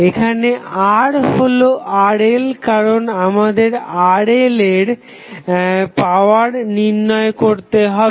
এখানে R হলো RL কারণ আমাদের RL এর পাওয়ার নির্ণয় করতে হবে